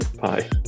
Bye